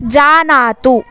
जानातु